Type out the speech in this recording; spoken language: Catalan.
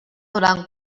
durant